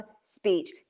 speech